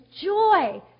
joy